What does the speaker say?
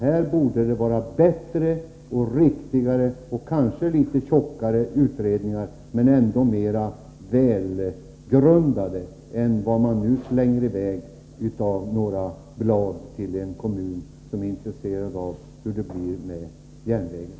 Här borde det till riktigare och kanske litet tjockare utredningar — mer välgrundade än vad man nu slänger i väg i form av några blad till en kommun som är intresserad av hur det blir med järnvägen.